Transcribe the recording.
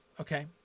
Okay